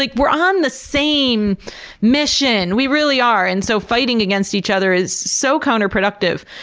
like we're on the same mission. we really are. and so fighting against each other is so counterproductive.